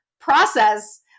process